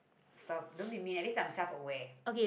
stop don't be mean at least I'm self aware